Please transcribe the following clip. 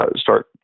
start